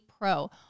Pro